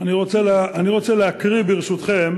אני רוצה להקריא, ברשותכם,